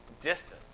distance